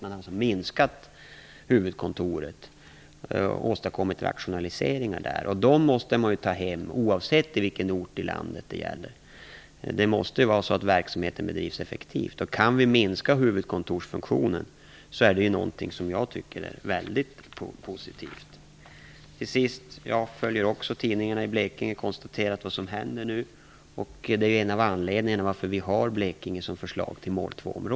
Man har alltså minskat huvudkontoret och åstadkommit rationaliseringar där. De måste man ju ta hem oavsett vilken ort i landet det gäller. Verksamheten måste ju bedrivas effektivt. Jag tycker att det är väldigt positivt om vi kan minska huvudkontorsfunktionen. Jag följer också tidningarna i Blekinge och har konstaterat vad som händer nu. Det är en av anledningarna till att vi har Blekinge som förslag till mål 2